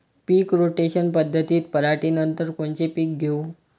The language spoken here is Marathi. पीक रोटेशन पद्धतीत पराटीनंतर कोनचे पीक घेऊ?